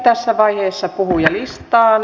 tässä vaiheessa puhujalistaan